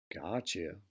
Gotcha